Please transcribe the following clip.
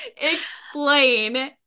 explain